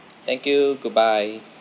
thank you goodbye